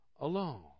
alone